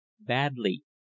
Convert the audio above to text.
Badly